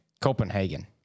Copenhagen